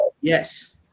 Yes